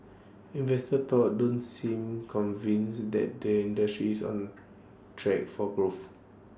investors though don't seem convinced that the industry is on track for growth